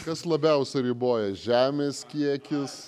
kas labiausiai riboja žemės kiekis